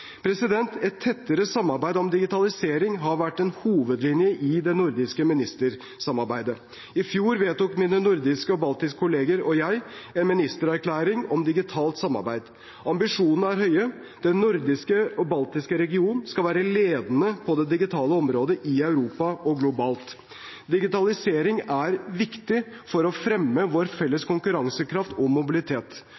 Et tettere samarbeid om digitalisering har vært en hovedlinje i det nordiske ministersamarbeidet. I fjor vedtok mine nordiske og baltiske kolleger og jeg en ministererklæring om digitalt samarbeid. Ambisjonene er høye: Den nordisk-baltiske regionen skal være ledende på det digitale området – i Europa og globalt. Digitalisering er viktig for å fremme vår felles